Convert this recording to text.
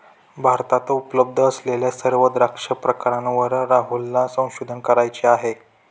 भारतात उपलब्ध असलेल्या सर्व द्राक्ष प्रकारांवर राहुलला संशोधन करायचे आहे